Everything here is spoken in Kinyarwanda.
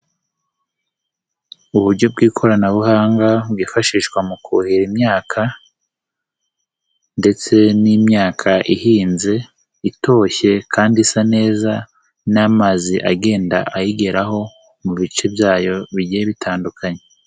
Uburyo bw'ikoranabuhanga bwifashishwa mu kuhira imyaka ndetse n'imyaka ihinze itoshye kandi isa neza n'amazi agenda ayigeraho mu bice byayo bigiye bitandukanye.